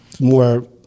more